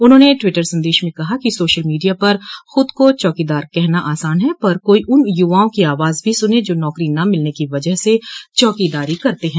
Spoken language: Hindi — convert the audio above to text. उन्होंने टिवटर संदेश में कहा कि सोशल मीडिया पर खूद को चौकी दार कहना आसान है पर कोई उन यूवाओं की आवाज भी सूने जो नौकरी न मिलने के वजह से चौकीदारी करते हैं